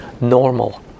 normal